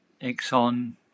Exxon